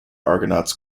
argonauts